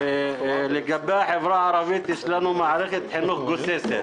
לגבי החברה הערבית, יש לנו מערכת חינוך גוססת.